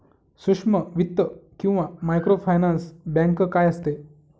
सूक्ष्म वित्त किंवा मायक्रोफायनान्स बँक काय असते?